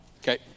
Okay